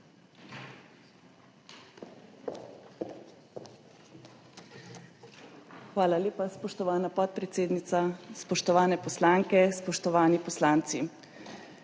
Hvala lepa, spoštovana podpredsednica. Spoštovane poslanke, spoštovani poslanci!